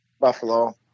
Buffalo